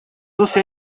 doce